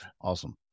Awesome